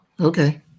okay